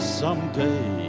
someday